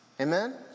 Amen